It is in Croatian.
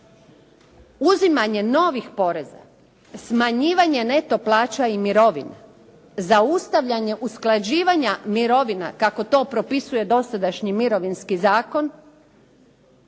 Uzimanje novih poreza, smanjivanje neto plaća i mirovina, zaustavljanje usklađivanja mirovina, kako to propisuje dosadašnji Mirovinski zakon,